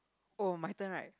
oh my turn right